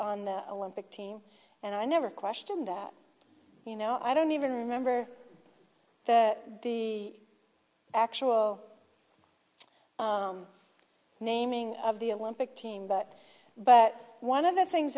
on the olympic team and i never questioned that you know i don't even remember the actual naming of the olympic team but but one of the things